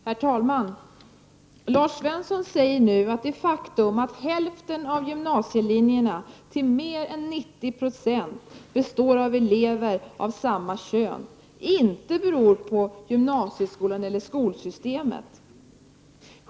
Herr talman! Lars Svensson säger nu att det faktum att hälften av gymnasielinjerna till mer än 90 96 består av elever av samma kön inte beror på gymnasieskolan eller skolsystemet.